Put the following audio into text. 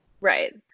Right